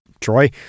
Troy